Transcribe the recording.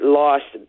lost